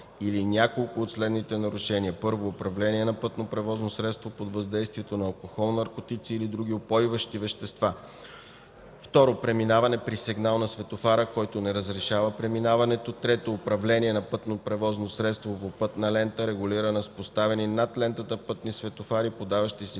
или няколко от следните нарушения: 1. управление на пътно превозно средство под въздействието на алкохол, наркотици или други упойващи вещества; 2. преминаване при сигнал на светофара, който не разрешава преминаването; 3. управление на пътно превозно средство по пътна лента, регулирана с поставени над лентата пътни светофари, подаващи